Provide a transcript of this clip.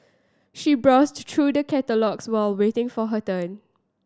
she browsed through the catalogues while waiting for her turn